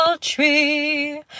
tree